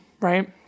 right